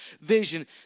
vision